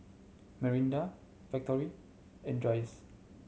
Mirinda Factorie and Dreyers